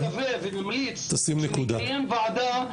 מכרז שנקבעת לו מסגרת תקציבית קבועה.